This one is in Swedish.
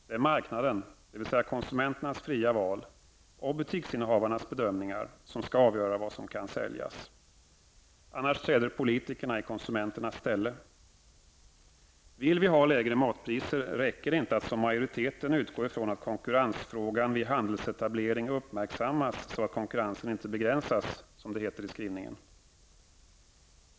Det är marknaden, dvs. konsumenternas fria val och butiksinnehavarnas bedömningar, som skulle avgöra vad som kan säljas, annars träder konsumenternas ställe. Vill vi ha lägre matpriser räcker det inte att som majoriteten utgå ifrån att konkurrensfrågan vid handelsetablering uppmärksammas så att konkurrensen inte begränsas, som det heter i skrivningen.